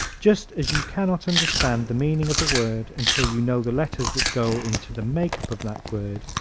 just as you can not understand the meaning of a word until you know the letters that go into the makeup of that word,